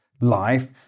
life